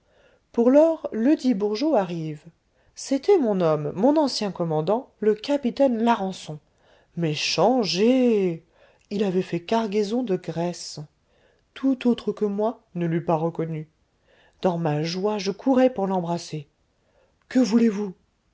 pour lors ledit bourgeot arrive c'était mon homme mon ancien commandant le capitaine larençon mais changé il avait fait cargaison de graisse tout autre que moi ne l'eût pas reconnu dans ma joie je courais pour l'embrasser que voulez-vous